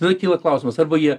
tada kyla klausimas arba jie